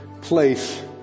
place